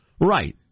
Right